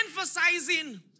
emphasizing